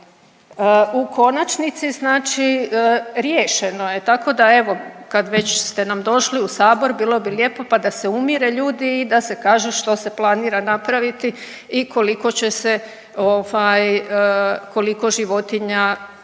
u konačnici znači riješeno je. Tako da evo kad već ste nam došli u sabor bilo bi lijepo pa da se umire ljudi i da se kaže što se planira napraviti i koliko će se ovaj,